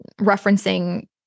referencing